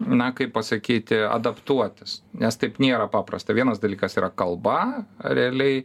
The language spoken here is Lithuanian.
na kaip pasakyti adaptuotis nes taip nėra paprasta vienas dalykas yra kalba realiai